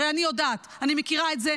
הרי אני יודעת, אני מכירה את זה.